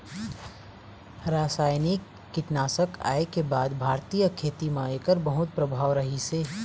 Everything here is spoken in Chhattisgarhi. रासायनिक कीटनाशक आए के बाद भारतीय खेती म एकर बहुत प्रभाव रहीसे